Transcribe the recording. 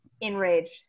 Enraged